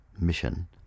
mission